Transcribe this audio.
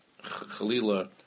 chalila